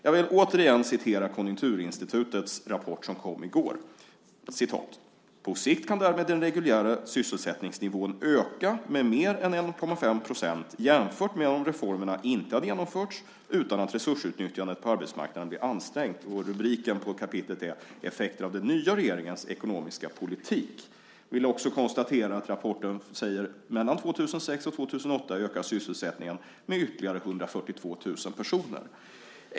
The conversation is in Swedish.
Jag vill återigen återge vad som står i Konjunkturinstitutets rapport som kom i går: På sikt kan därmed den reguljära sysselsättningsnivån öka med mer än 1,5 %, jämfört med om reformerna inte hade genomförts, utan att resursutnyttjandet på arbetsmarknaden blir ansträngt. Rubriken på kapitlet är Effekter av den nya regeringens ekonomiska politik. Jag kan också konstatera att i rapporten säger man att mellan 2006 och 2008 ökar sysselsättningen med ytterligare 142 000 personer.